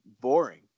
boring